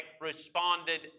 responded